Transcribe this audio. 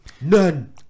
None